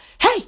hey